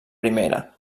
primera